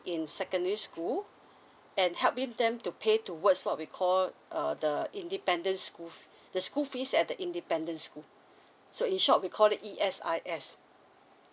in secondary school and help in them to pay towards what we call err the independent school f~ the school fees at the independent school so in short we call it E S I S